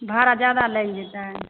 भाड़ा जादा लागि जेतयै